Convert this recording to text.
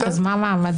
אז מה מעמדה?